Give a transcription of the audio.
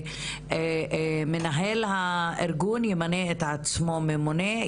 שמנהל הארגון ימנה את עצמו ממונה,